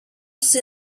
see